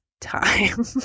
time